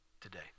today